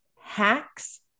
Hacks